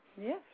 Yes